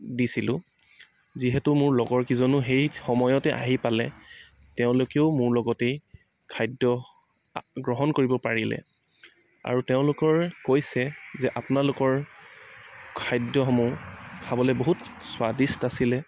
দিছিলোঁ যিহেতু মোৰ লগৰকেইজনো সেই সময়তে আহি পালে তেওঁলোকেও মোৰ লগতে খাদ্য গ্ৰহণ কৰিব পাৰিলে আৰু তেওঁলোকৰে কৈছে যে আপোনালোকৰ খাদ্যসমূহ খাবলৈ বহুত স্বাদিষ্ট আছিলে